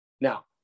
Now